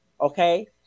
Okay